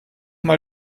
mal